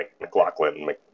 McLaughlin